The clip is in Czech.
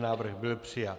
Návrh byl přijat.